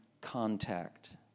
contact